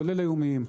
כולל היומיים,